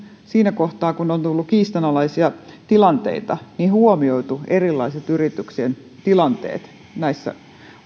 siinä kohtaa kun on tullut kiistanalaisia tilanteita huomioitu erilaiset yrityksien tilanteet näissä